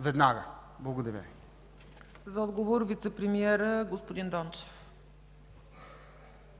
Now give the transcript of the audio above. веднага. Благодаря Ви. ПРЕДСЕДАТЕЛ ЦЕЦКА ЦАЧЕВА: За отговор – вицепремиерът господин Дончев.